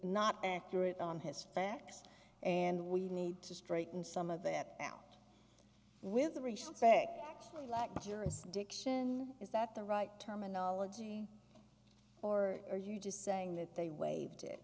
not accurate on his facts and we need to straighten some of that out with the respect that he lacked jurisdiction is that the right terminology or are you just saying that they waived it